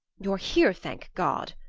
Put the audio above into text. you're here, thank god!